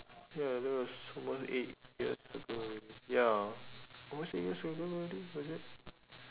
ya that was almost eight years ago ya almost eight years ago already was it